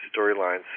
storylines